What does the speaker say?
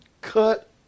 cut